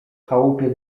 chałupie